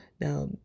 Now